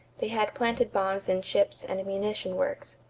they had planted bombs in ships and munition works.